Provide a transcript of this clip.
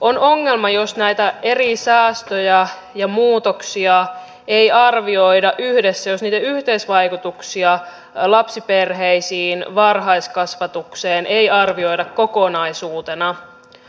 on ongelma jos näitä eri säästöjä ja muutoksia ei arvioida yhdessä jos niiden yhteisvaikutuksia lapsiperheisiin varhaiskasvatukseen ei arvioida kokonaisuutena